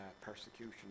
persecution